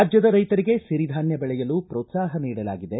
ರಾಜ್ಯದ ರೈತರಿಗೆ ಸಿರಿ ಧಾನ್ಯ ಬೆಳೆಯಲು ಮೋತ್ಸಾಹ ನೀಡಲಾಗಿದೆ